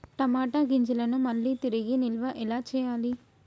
టమాట గింజలను మళ్ళీ తిరిగి నిల్వ ఎలా చేయాలి?